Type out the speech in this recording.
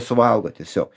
suvalgo tiesiog